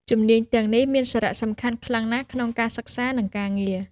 ជំនាញទាំងនេះមានសារៈសំខាន់ខ្លាំងណាស់ក្នុងការសិក្សា និងការងារ។